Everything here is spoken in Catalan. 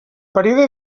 període